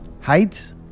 Heights